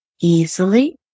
easily